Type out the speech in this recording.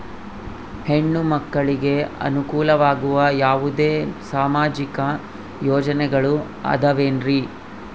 ಹೆಣ್ಣು ಮಕ್ಕಳಿಗೆ ಅನುಕೂಲವಾಗುವ ಯಾವುದೇ ಸಾಮಾಜಿಕ ಯೋಜನೆಗಳು ಅದವೇನ್ರಿ?